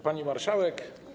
Pani Marszałek!